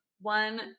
one